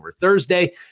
Thursday